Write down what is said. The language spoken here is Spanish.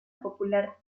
popular